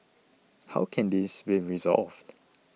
how can this be resolved